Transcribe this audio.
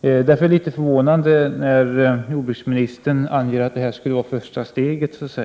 Därför är det litet förvånande när jordbruksministern säger att det här så att säga skulle vara första steget.